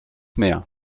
mehr